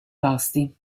pasti